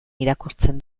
irakurtzen